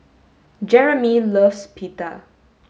Jeramie loves Pita